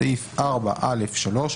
בסעיף 4(א)(3)